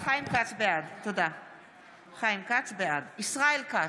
בעד ישראל כץ,